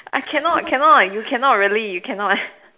I cannot cannot you cannot really you cannot